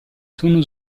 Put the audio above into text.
sono